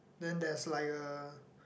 then there's like a